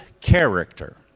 character